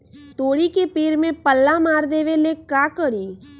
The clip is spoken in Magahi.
तोड़ी के पेड़ में पल्ला मार देबे ले का करी?